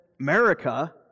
America